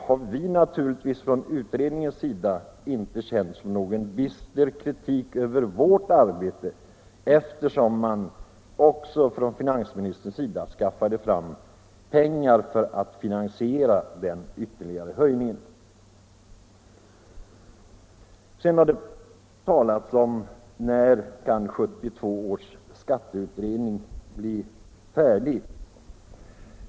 har vi från utredningens sida naturligtvis inte känt som någon bister kritik över vårt arbete, eftersom finansministern också skaffade fram pengar för att finansiera den ytterligare skattesänkningen. Det har talats om när 1972 års skatteutredning kan bli färdig.